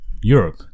Europe